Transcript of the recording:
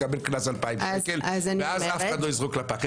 יקבל קנס 2,000 שקלים ואז אף אחד לא יזרוק לפח.